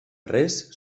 res